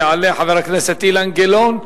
יעלה חבר הכנסת אילן גילאון.